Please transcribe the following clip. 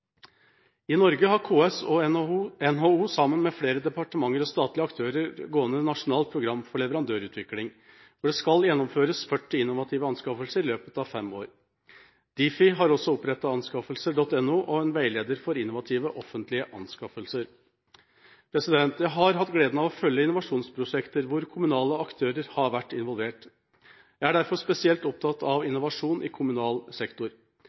I Norge har KS og NHO, sammen med flere departementer og statlige aktører, gående Nasjonalt program for leverandørutvikling, hvor det skal gjennomføres 40 innovative anskaffelser i løpet av fem år. Difi har også opprettet anskaffelser.no og en veileder for innovative, offentlige anskaffelser. Jeg har hatt gleden av å følge innovasjonsprosjekter hvor kommunale aktører har vært involvert. Jeg er derfor spesielt opptatt av innovasjon i kommunal sektor,